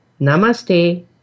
Namaste